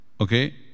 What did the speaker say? Okay